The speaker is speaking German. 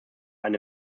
eine